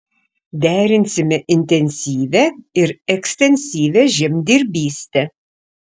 derinsime intensyvią ir ekstensyvią žemdirbystę